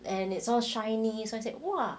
and it's all shiny I said !wah!